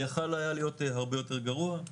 יכל היה להיות הרבה יותר גרוע.